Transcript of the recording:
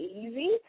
easy